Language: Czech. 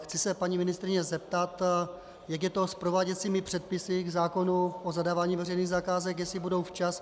Chci se paní ministryně zeptat, jak je to s prováděcími předpisy k zákonu o zadávání veřejných zakázek, jestli budou včas.